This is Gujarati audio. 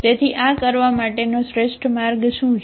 તેથી આ કરવા માટેનો શ્રેષ્ઠ માર્ગ શું છે